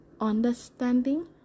understanding